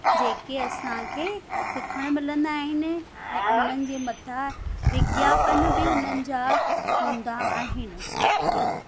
जेके असांखे सिखणु मिलंदा आहिनि ऐं उनन जे मथां विज्ञापन बि उनन जा हूंदा आहिनि